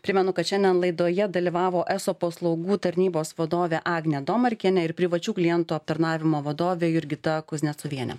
primenu kad šiandien laidoje dalyvavo eso paslaugų tarnybos vadovė agnė domarkienė ir privačių klientų aptarnavimo vadovė jurgita kuznecovienė